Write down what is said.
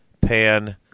Pan